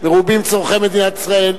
מרובים צורכי מדינת ישראל.